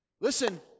listen